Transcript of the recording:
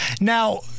now